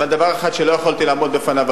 אבל דבר אחד שלא יכולתי לעמוד בפניו,